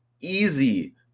easy